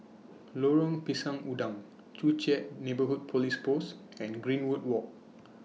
Lorong Pisang Udang Joo Chiat Neighbourhood Police Post and Greenwood Walk